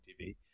tv